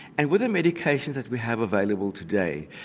and with the medications that we have available today,